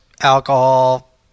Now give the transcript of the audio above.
alcohol